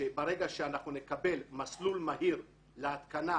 שברגע שאנחנו נקבל מסלול מהיר להתקנה